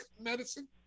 medicine